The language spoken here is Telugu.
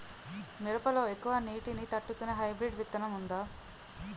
మిరప లో ఎక్కువ నీటి ని తట్టుకునే హైబ్రిడ్ విత్తనం వుందా?